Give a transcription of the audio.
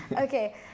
Okay